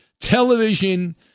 television